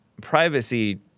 privacy